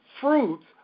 fruits